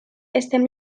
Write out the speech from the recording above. estem